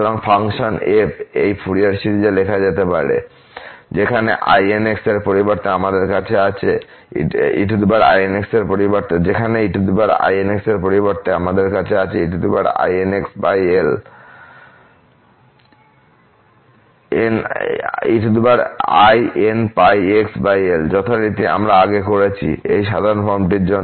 সুতরাং function f এই Fourier সিরিজে লেখা যেতে পারে যেখানে einx এর পরিবর্তে আমাদের কাছে আছে e inπxL যথারীতি আমরা আগে করেছি এই সাধারণ ফর্মটির জন্য